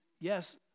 yes